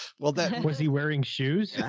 well. was he wearing shoes?